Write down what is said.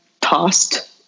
tossed